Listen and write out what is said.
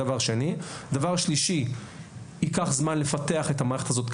דבר שלישי, ייקח זמן לפתח את המערכת הזאת.